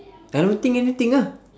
I don't think anything ah